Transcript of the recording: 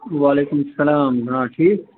وعلیکُم سَلام جناب ٹھیٖک